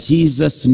Jesus